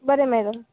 बरें मॅडम